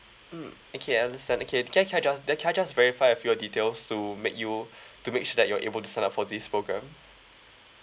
mm okay I understand okay can I can I just then can I just verify a few of details to make you to make sure that you're able to sign up for this programme